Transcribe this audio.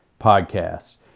podcast